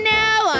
now